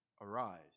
Arise